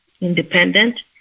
Independent